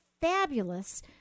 fabulous